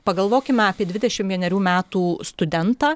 pagalvokime apie dvidešimt vienerių metų studentą